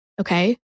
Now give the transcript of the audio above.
Okay